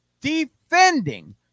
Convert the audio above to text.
defending